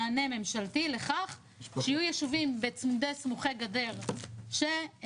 מענה ממשלתי לכך שיהיו ישובים צמודי סמוכי גדר שמאוימים